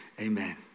Amen